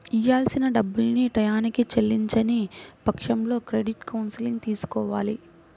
ఇయ్యాల్సిన డబ్బుల్ని టైయ్యానికి చెల్లించని పక్షంలో క్రెడిట్ కౌన్సిలింగ్ తీసుకోవాలి